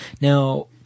Now